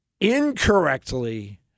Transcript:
incorrectly